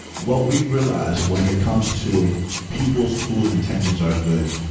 what we've realized when it comes to people's whose intentions are good,